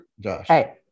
hey